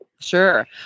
Sure